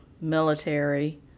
military